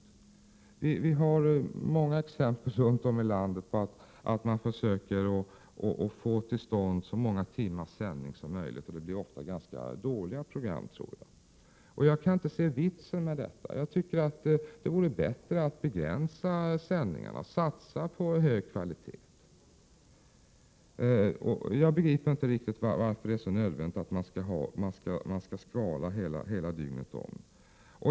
Det finns många exempel runt om i landet på att man försöker få till stånd så många timmars sändning som möjligt, och det blir ofta ganska dåliga program. Jag kan inte se meningen med detta. Det vore bättre att begränsa sändningarna och i stället satsa på hög kvalitet. Jag begriper inte varför det är så nödvändigt att ha skval hela dygnet.